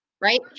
Right